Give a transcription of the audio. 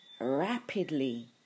rapidly